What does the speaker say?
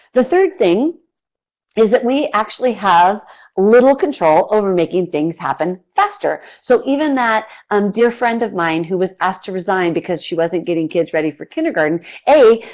the third thing is that we actually have little control over making things happen faster. so even that um dear friend of mine who was asked to resign because she wasn't getting kids ready for kindergarten a.